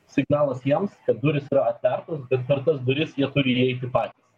signalas jiems kad durys yra atvertos bet per tas duris jie turi įeiti patys